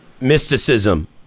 mysticism